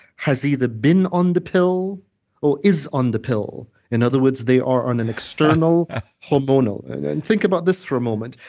has either been on the pill or is on the pill. in other words, they are on an external hormonal, and think about this for a moment.